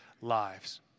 lives